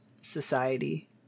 society